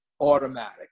automatic